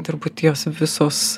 turbūt jos visos